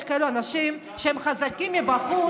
יש כאלו אנשים שהם חזקים מבחוץ,